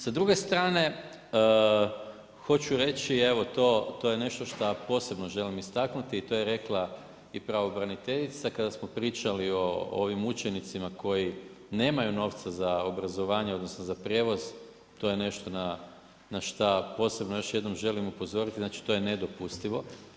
S druge strane, hoću reći, evo to je nešto što posebno želim istaknuti i to je rekla i pravobraniteljica, kada smo pričali ovim učenicima koji nemaju novaca za obrazovanje, odnosno, za prijevoz, to je nešto na šta posebno još jednom želim upozoriti, znači to je nedopustivo.